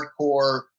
hardcore